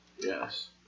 Yes